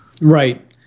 right